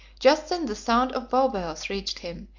just then the sound of bow bells reached him,